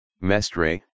Mestre